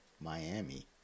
Miami